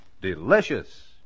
Delicious